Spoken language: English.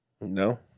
No